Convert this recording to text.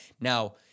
Now